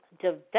develop